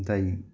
তাই